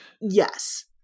yes